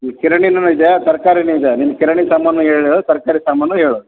ಕಿರಾಣಿನು ಇದೆ ತರಕಾರಿನೂ ಇದೆ ನೀನು ಕಿರಾಣಿ ಸಾಮಾನು ಹೇಳು ತರಕಾರಿ ಸಾಮಾನು ಹೇಳು